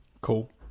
Cool